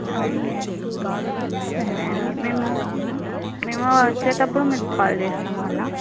okay సరే అండి మేము మేము వచ్చేటప్పుడు మీకు కాల్ చేస్తాం మరల